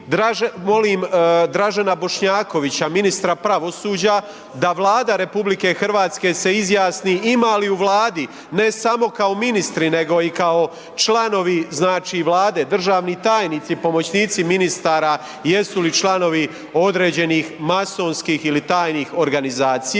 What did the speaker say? Dražena Bošnjakovića, ministra pravosuđa da Vlada RH se izjasni ima li u Vladi, ne samo kao ministri, nego kao i članovi znači Vlade, državni tajnici, pomoćnici ministara, jesu li članovi određenih masonskih ili tajnih organizacija.